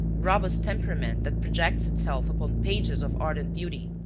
robust temperament that projects itself upon pages of ardent beauty.